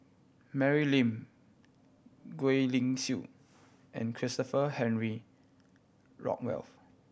Mary Lim Gwee Li Sui and Christopher Henry Rothwell